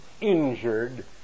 injured